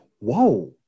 wow